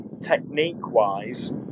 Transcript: technique-wise